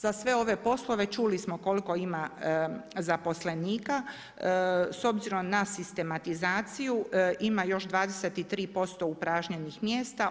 Za sve ove poslove čuli smo koliko ima zaposlenika s obzirom na sistematizaciju ima još 23% upražnjenih mjesta.